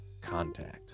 contact